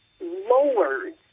lowered